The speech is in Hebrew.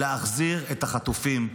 להחזיר את החטופים.